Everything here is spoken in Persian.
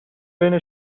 بین